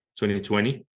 2020